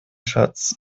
schatz